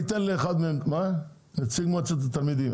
נציג מועצת התלמידים.